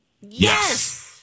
Yes